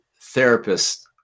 therapists